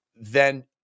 then-